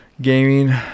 gaming